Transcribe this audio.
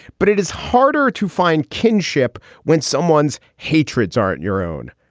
but it is harder to find kinship when someone's hatreds aren't your own.